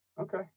Okay